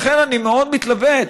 לכן אני מאוד מתלבט.